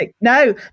No